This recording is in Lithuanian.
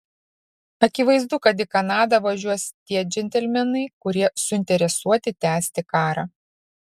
akivaizdu kad į kanadą važiuos tie džentelmenai kurie suinteresuoti tęsti karą